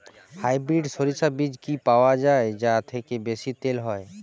Hybrid শরিষা বীজ কি পাওয়া য়ায় যা থেকে বেশি তেল হয়?